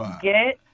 get